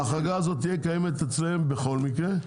ההחרגה הזאת תהיה קיימת אצלם בכל מקרה,